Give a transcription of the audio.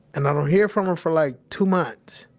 and i don't hear from her for like two months.